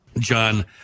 John